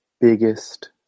biggest